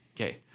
Okay